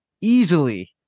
easily